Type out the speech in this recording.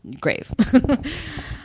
Grave